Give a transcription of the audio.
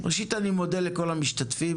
ראשית, אני מודה לכל המשתתפים.